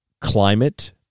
climate